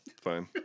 Fine